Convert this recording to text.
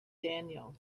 daniel